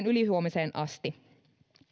ylihuomiseen asti